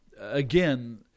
again